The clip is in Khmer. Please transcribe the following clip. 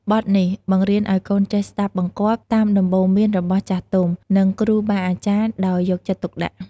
បទនេះបង្រៀនឲ្យកូនចេះ ស្ដាប់បង្គាប់ តាមដំបូន្មានរបស់ចាស់ទុំ និងគ្រូបាអាចារ្យដោយយកចិត្តទុកដាក់។